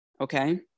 Okay